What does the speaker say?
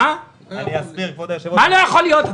מה "לא יכול להיות"?